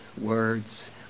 words